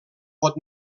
pot